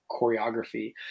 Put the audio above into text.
choreography